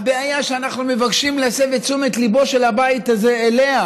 הבעיה שאנחנו מבקשים להסב את תשומת ליבו של הבית הזה אליה: